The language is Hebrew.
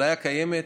האפליה קיימת,